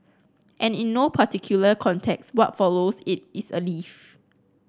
and in no particular context what follows it is a leaf